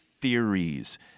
theories